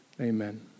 Amen